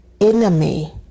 enemy